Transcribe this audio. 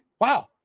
Wow